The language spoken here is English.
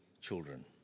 children